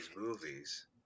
movies